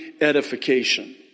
edification